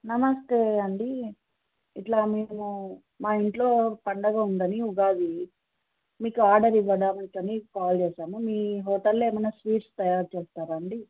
నమస్తే అండి ఇట్లా మేము మా ఇంట్లో పండగ ఉందని ఉగాది మీకు ఆర్డర్ ఇవ్వడానీకని కాల్ చేసాము మీ హోటల్లో ఏమైనా స్వీట్స్ తయారు చేస్తారాండి